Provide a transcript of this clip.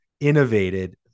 Innovated